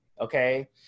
okay